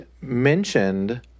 mentioned